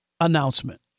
announcement